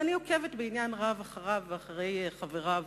ואני עוקבת בעניין רב אחריו ואחרי חבריו,